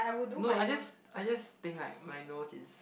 no I just I just think like my nose is